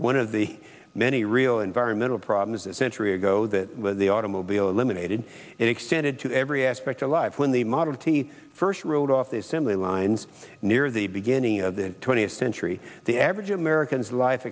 one of the many real environmental problems a century ago that the automobile eliminated extended to every aspect of life when the model t first rode off the assembly lines near the beginning of the twentieth century the average americans life